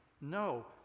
no